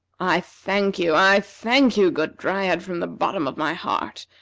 i thank you, i thank you, good dryad, from the bottom of my heart.